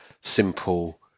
simple